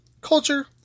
culture